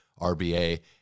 RBA